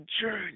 journey